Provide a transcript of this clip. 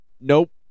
Nope